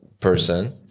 Person